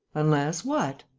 unless what?